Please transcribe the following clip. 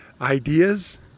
ideas